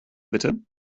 bitte